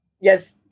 Yes